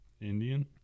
Indian